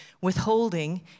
withholding